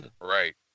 right